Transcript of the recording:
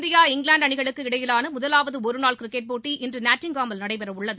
India England அணிகளுக்கு இடையிலான முதலாவது ஒருநாள் கிரிக்கெட் போட்டி இன்று நாட்டிங்ஹாமில் நடைபெற உள்ளது